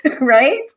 right